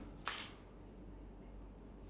ya it's only four no if